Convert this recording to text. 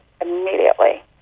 immediately